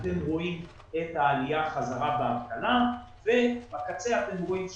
אתם רואים את העלייה בחזרה באבטלה ובקצה אתם רואים ששוב,